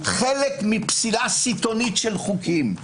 חלק מפסילה סיטונית של חוקים.